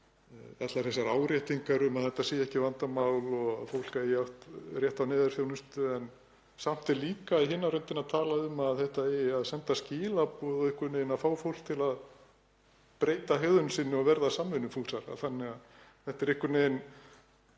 allar þessar áréttingar um að þetta sé ekki vandamál og fólk eigi oft rétt á neyðarþjónustu en samt er líka í hina röndina talað um að þetta eigi að senda skilaboð og einhvern veginn að fá fólk til að breyta hegðun sinni og verða samvinnufúsara. Það er einhvern veginn